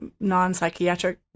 non-psychiatric